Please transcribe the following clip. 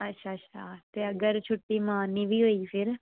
अच्छा अच्छा अगर छुट्टी मारनी बी होग फिर